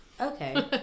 Okay